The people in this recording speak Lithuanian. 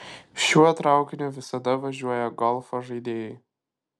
šiuo traukiniu visada važiuoja golfo žaidėjai